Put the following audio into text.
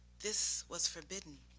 this was forbidden.